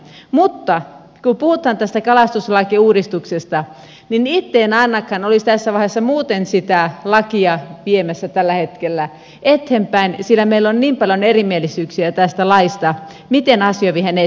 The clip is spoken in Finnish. mutta kun puhutaan tästä kalastuslakiuudistuksesta niin itse en ainakaan olisi tässä vaiheessa muuten sitä lakia viemässä tällä hetkellä eteenpäin sillä meillä on niin paljon erimielisyyksiä tästä laista miten asia viedään eteenpäin